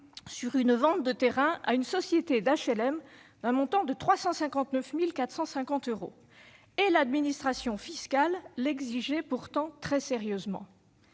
à une vente de terrain à une société d'HLM pour un montant de 359 450 euros. L'administration fiscale l'exigeait pourtant très sérieusement